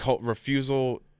refusal